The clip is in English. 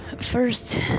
first